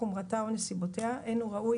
חומרתה או נסיבותיה אין הוא ראוי,